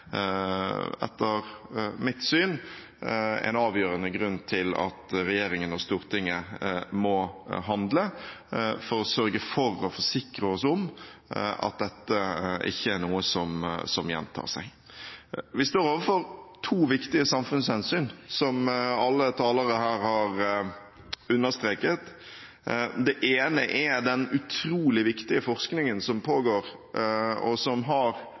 etter mitt syn, en avgjørende grunn til at regjeringen og Stortinget må handle, for å sørge for å forsikre oss om at dette ikke er noe som gjentar seg. Vi står overfor to viktige samfunnshensyn, som alle talere her har understreket. Det ene er den utrolig viktige forskningen som pågår – og som heldigvis har